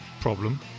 problem